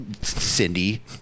Cindy